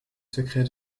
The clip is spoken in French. secret